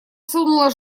сунула